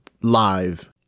live